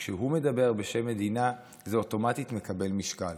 כשהוא מדבר בשם מדינה, זה אוטומטית מקבל משקל.